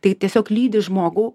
tai tiesiog lydi žmogų